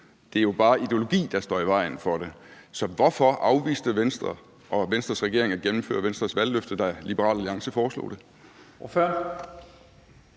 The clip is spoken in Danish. Det er jo bare ideologi, der står i vejen for det. Så hvorfor afviste Venstre og Venstres regering at gennemføre Venstres valgløfte, da Liberal Alliance foreslog det?